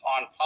on